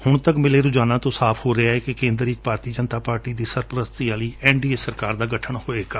ਹੁਣ ਤੱਕ ਮਿਲੇ ਰੁਝਾਨਾਂ ਤੋਂ ਸਾਫ਼ ਹੋ ਰਿਹੈ ਕਿ ਕੇਂਦਰ ਵਿਚ ਭਾਰਤੀ ਜਨਤਾ ਪਾਰਟੀ ਦੀ ਸਰਪ੍ਰਸਤੀ ਵਾਲੀ ਐਨ ਡੀ ਏ ਸਰਕਾਰ ਦਾ ਗਠਨ ਹੋਵੇਗਾ